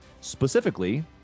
specifically